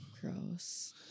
Gross